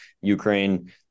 Ukraine